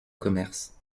commerce